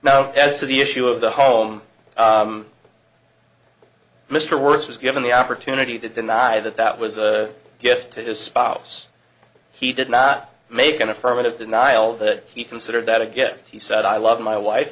as to the issue of the home mr worth was given the opportunity to deny that that was a gift to his spouse he did not make an affirmative denial that he considered that a gift he said i love my wife